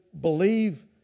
believe